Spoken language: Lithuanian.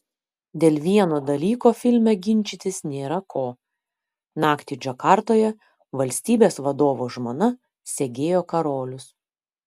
dėl vieno dalyko filme ginčytis nėra ko naktį džakartoje valstybės vadovo žmona segėjo karolius